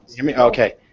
Okay